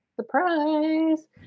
Surprise